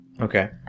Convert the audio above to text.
Okay